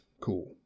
Cool